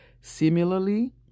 Similarly